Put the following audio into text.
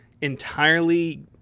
entirely